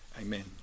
amen